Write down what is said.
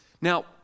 Now